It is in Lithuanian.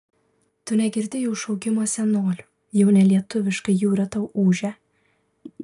tu negirdi jau šaukimo senolių jau ne lietuviškai jūra tau ūžia